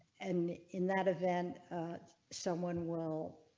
and in that event someone will.